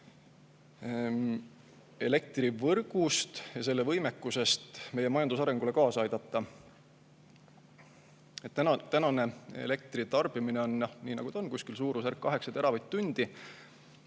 elektrivõrgust ja selle võimekusest meie majanduse arengule kaasa aidata. Tänane elektri tarbimine on, nii nagu ta on, suurusjärgus kaheksa teravatt‑tundi.